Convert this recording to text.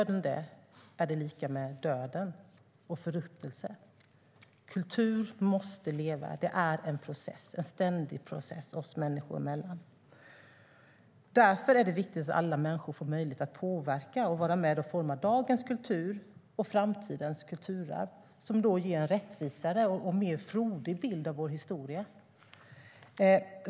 Om den gör det är det lika med död och förruttnelse. Kultur måste leva! Det är en process, en ständig process, oss människor emellan. Därför är det viktigt att alla människor får möjlighet att påverka och vara med och forma dagens kultur och framtidens kulturarv, som då ger en rättvisare och mer frodig bild av vår historia.